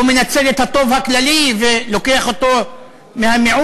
או מנצל את הטוב הכללי ולוקח אותו מהמיעוט,